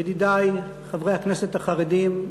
ידידי חברי הכנסת החרדים.